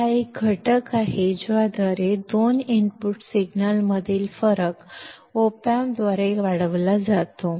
हा एक घटक आहे ज्याद्वारे दोन इनपुट सिग्नलमधील फरक op amp द्वारे वाढविला जातो